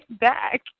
back